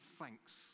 thanks